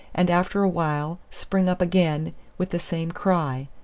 and after a while spring up again with the same cry.